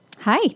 Hi